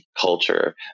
culture